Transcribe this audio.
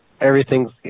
Everything's